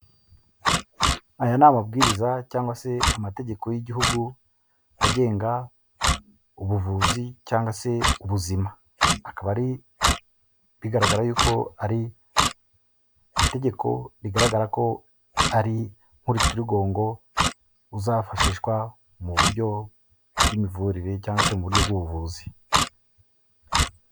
Aya ni amabwiriza cyangwa se amategeko y'igihugu, agenga ubuvuzi cyangwa se ubuzima. Akaba ari bigaraga yuko ko ari itegeko rigaragara ko ari nk'urutirigongo uzafashishwa mu buryo bw'imivurire cyangwa se mu buryo bw'ubuvuzi.